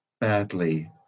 badly